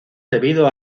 debido